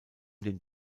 den